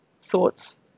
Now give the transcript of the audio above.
thoughts